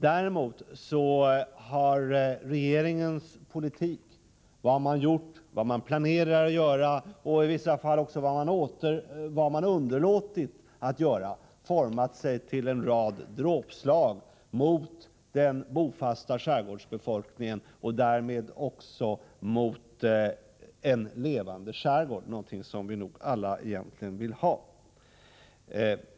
Däremot har regeringens politik — vad man gjort, vad man planerar att göra och i vissa fall vad man underlåtit att göra — format sig till en rad dråpslag mot den bofasta skärgårdsbefolkningen och därmed också mot en levande skärgård, någonting som vi nog alla egentligen vill ha.